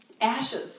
ashes